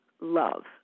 love